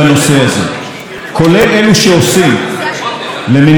כולל אלה שעושים למניעת התאונות האלה,